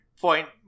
Point